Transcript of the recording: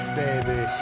baby